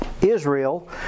Israel